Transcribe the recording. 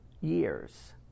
years